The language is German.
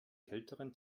kälteren